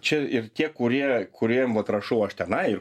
čia ir tie kurie kuriem vat rašau aš tenai ir